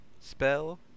spell